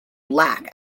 black